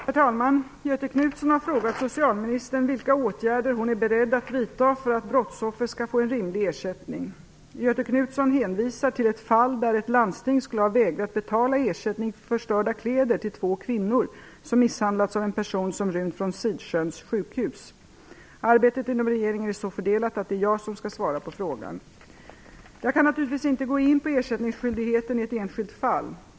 Herr talman! Göthe Knutson har frågat socialministern vilka åtgärder hon är beredd att vidta för att brottsoffer skall få en rimlig ersättning. Göthe Knutson hänvisar till ett fall där ett landsting skulle ha vägrat betala ersättning för förstörda kläder till två kvinnor som misshandlats av en person som rymt från Arbetet inom regeringen är så fördelat att det är jag som skall svara på frågan. Jag kan naturligtvis inte gå in på ersättningsskyldigheten i ett enskilt fall.